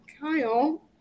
Kyle